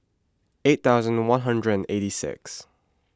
eight thousand one hundred and eighty six